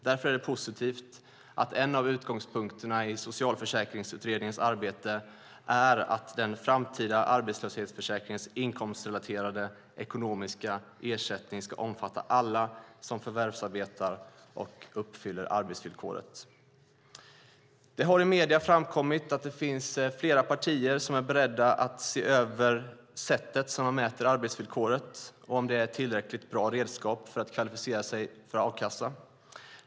Därför är det positivt att en av utgångspunkterna för Socialförsäkringsutredningens arbete är att den framtida arbetslöshetsförsäkringens inkomstrelaterade ekonomiska ersättning ska omfatta alla som förvärvsarbetar och uppfyller arbetsvillkoret. Det har i medierna framkommit att det finns flera partier som är beredda att se över sättet att mäta arbetsvillkoret och om det är ett tillräckligt bra redskap för att kvalificera sig för a-kassa.